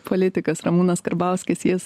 politikas ramūnas karbauskis jis